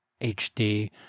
HD